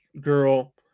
girl